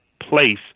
place